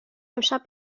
امشب